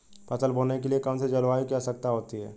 फसल बोने के लिए कौन सी जलवायु की आवश्यकता होती है?